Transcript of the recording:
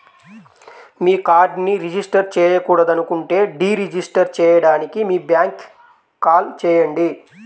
మీ కార్డ్ను రిజిస్టర్ చేయకూడదనుకుంటే deregister చేయడానికి మీ బ్యాంక్కు కాల్ చేయండి